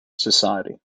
society